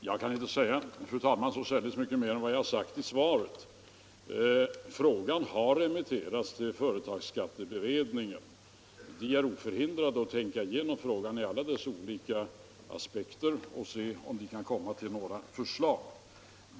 Fru talman! Jag kan inte säga så särdeles mycket mer än vad jag har sagt i mitt svar. Frågan har remitterats till företagsskatteberedningen. Den är oförhindrad att tänka igenom frågan i alla dess olika aspekter och se om det går att lägga fram några förslag.